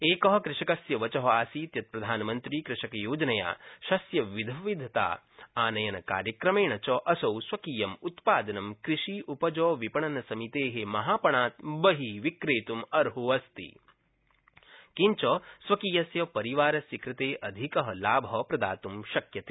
एक कृषकस्य वच आसीत् यत् प्रधानमन्त्री कृषकयोजनया शस्यविविधता आनयनकार्यक्रमेण च असौ स्वकीयं उत्पादनं कृषि उपज विपणन समिते महापणात् बहि विक्रेतुम् अहों अस्ति किञ्च स्वकीयस्य परिवारस्य कृते अधिक लाभ प्रदातुं शक्यते